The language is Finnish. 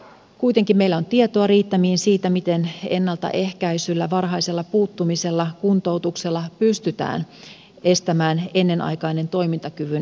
kuitenkin meillä on tietoa riittämiin siitä miten ennaltaehkäisyllä varhaisella puuttumisella kuntoutuksella pystytään estämään ennenaikainen toimintakyvyn heikkeneminen